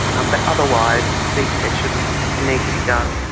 um but otherwise these tests shouldn't need to be done.